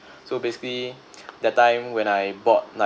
so basically that time when I bought like